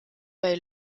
bei